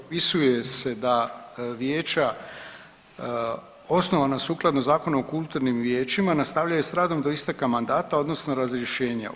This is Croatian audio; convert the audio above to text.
propisuje se da vijeća osnovana sukladno Zakonu o kulturnim vijećima nastavljaju sa radom do isteka mandata, odnosno razrješenja.